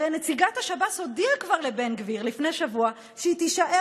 הרי נציבת השב"ס הודיעה כבר לבן גביר לפני שבוע שהיא תישאר